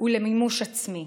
ולמימוש עצמי.